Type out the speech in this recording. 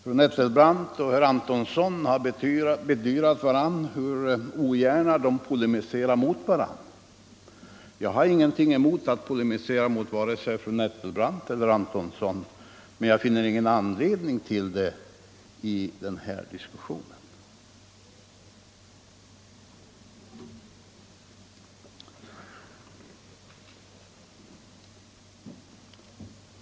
Fru Nettelbrandt och herr Antonsson har bedyrat hur ogärna de polemiserar mot varandra. Jag har ingenting emot att polemisera vare sig mot fru Nettelbrandt eller mot herr Antonsson, men jag finner ingen anledning att göra det i den här diskussionen.